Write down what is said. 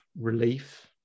relief